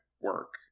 work